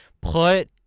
put